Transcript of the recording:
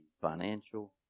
financial